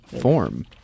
form